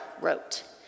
wrote